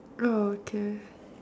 oh okay